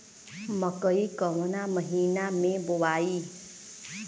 मकई कवना महीना मे बोआइ?